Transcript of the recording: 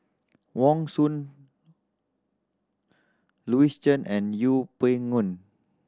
Wong Suen Louis Chen and Yeng Pway Ngon